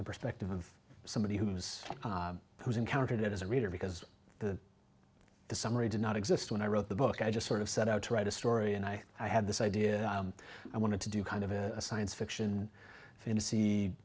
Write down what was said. the perspective of somebody who's who's encountered it as a reader because the the summary did not exist when i wrote the book i just sort of set out to write a story and i i had this idea i wanted to do kind of a science fiction fantasy